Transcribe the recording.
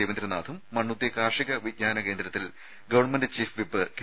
രവീന്ദ്രനാഥും മണ്ണുത്തി കാർഷിക വിജ്ഞാനകേന്ദ്രത്തിൽ ഗവൺമെന്റ് ചീഫ് വിപ്പ് കെ